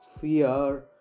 fear